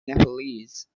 nepalese